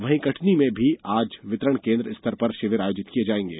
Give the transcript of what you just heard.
वहीं कटनी में भी आज वितरण केन्द्र स्तर पर शिविर आयोजित किये जायेंगे